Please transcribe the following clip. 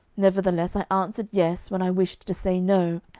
nevertheless i answered yes when i wished to say no,